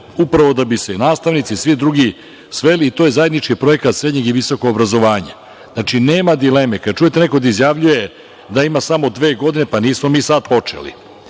upravo da bi se i nastavnici i svi druge sveli, i to je zajednički projekat srednjeg i visokog obrazovanja. Znači, nema dileme, kada čujete neko da izjavljuje da ima samo dve godine, pa nismo mi sad počeli,